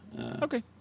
Okay